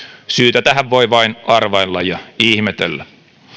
syytä tähän voi vain arvailla ja ihmetellä